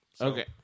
Okay